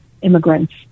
immigrants